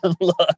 look